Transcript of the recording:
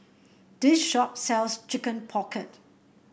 this shop sells Chicken Pocket